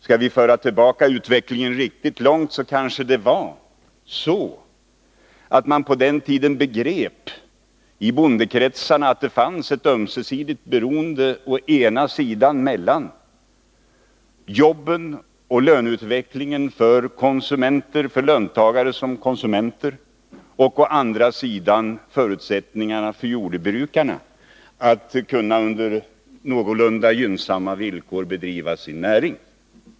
För att gå tillbaka riktigt långt i utvecklingen kanske det var så att man i bondekretsar på den tiden begrep att det fanns ett ömsesidigt beroende mellan å ena sidan jobben och löneutvecklingen för löntagare som konsumenter och å andra sidan förutsättningarna för jordbrukarna att under någorlunda gynnsamma villkor kunna bedriva sin näring.